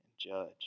judge